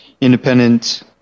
independent